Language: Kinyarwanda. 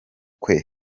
kwe